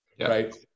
right